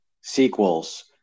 sequels